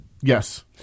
Yes